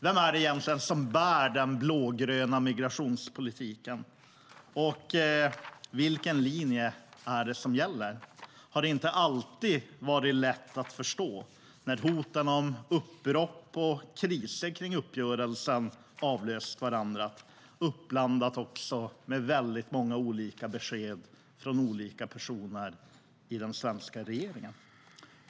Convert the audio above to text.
Vem som egentligen bär den blågröna migrationspolitiken och vilken linje som gäller har inte alltid varit lätt att förstå när hoten om uppbrott och kriser kring uppgörelsen avlöst varandra uppblandat med många olika besked från olika personer i den svenska regeringen.